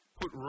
put